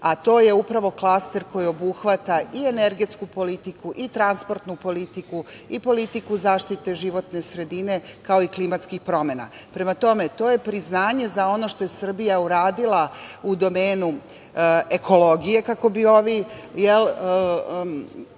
a to je upravo klaster koji obuhvata i energetsku politiku i transportnu politiku i politiku zaštite životne sredine, kao i klimatskih promena. Prema tome, to je priznanje za ono što je Srbija uradila u domenu ekologije kako bi ovi